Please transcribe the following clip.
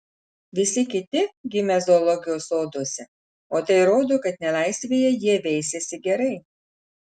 visi kiti gimę zoologijos soduose o tai rodo kad nelaisvėje jie veisiasi gerai